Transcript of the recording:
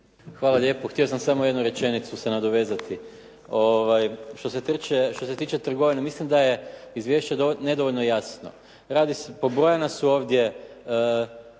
Hvala lijepo. Htio sam samo jednu rečenicu se nadovezati. Što se tiče trgovine, mislim da je izvješće nedovoljno jasno. Pobrojena su ovdje